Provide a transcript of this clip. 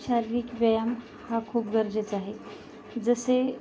शारीरिक व्यायाम हा खूप गरजेचा आहे जसे